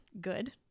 good